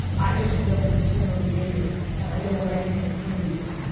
i just know consumer behavior and i know when i see the tea leaves,